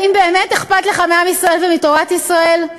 האם באמת אכפת לך מעם ישראל ומתורת ישראל?